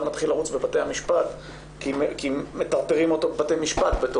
מתחיל לרוץ בבתי המשפט כי מטרטרים אותו בבתי משפט.